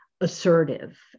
assertive